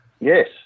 Yes